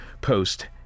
post